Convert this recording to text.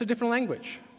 language